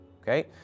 Okay